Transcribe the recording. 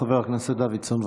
חבר הכנסת דוידסון,